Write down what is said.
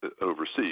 overseas